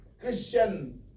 Christian